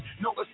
no